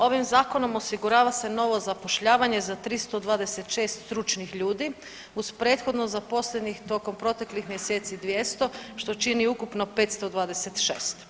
Ovim zakonom osigurava se novo zapošljavanje za 326 stručnih ljudi uz prethodno zaposlenih toko proteklih mjeseci 200 što čini ukupno 526.